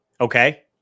Okay